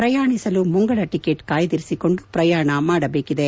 ಪ್ರಯಾಣಿಸಲು ಮುಂಗಡ ಟಕೆಟ್ ಕಾಯ್ಗಿರಿಸಿಕೊಂಡು ಪ್ರಯಾಣ ಮಾಡಬೇಕಾಗಿದೆ